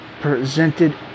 ...presented